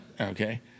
okay